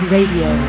Radio